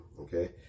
okay